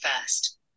first